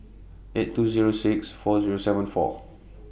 eight two Zero six four Zero seven four